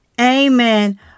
Amen